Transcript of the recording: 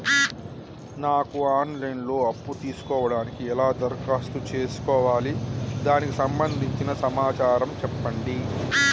నాకు online లో అప్పు తీసుకోవడానికి ఎలా దరఖాస్తు చేసుకోవాలి దానికి సంబంధించిన సమాచారం చెప్పండి?